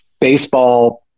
baseball –